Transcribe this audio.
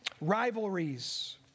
Rivalries